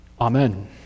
Amen